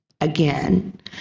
again